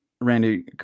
Randy